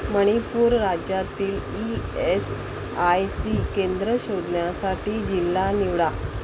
मणिपूर राज्यातील E S I C केंद्रं शोधण्यासाठी जिल्हा निवडा